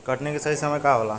कटनी के सही समय का होला?